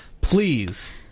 please